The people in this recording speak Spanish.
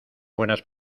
buenas